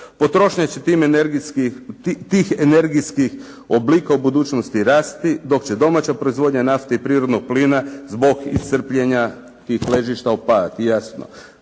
Potrošnja će tih energijskih oblika u budućnosti rasti dok će domaća proizvodnja nafte i prirodnog plina zbog iscrpljenja tih ležišta opadati,